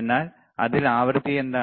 എന്നാൽ അതിൽ ആവൃത്തി എന്താണ്